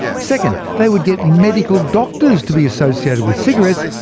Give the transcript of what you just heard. second, they would get medical doctors to be associated with cigarettes.